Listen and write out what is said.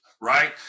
Right